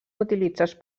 utilitzats